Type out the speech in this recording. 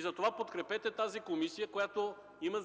Затова подкрепете тази комисия, която има